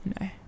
no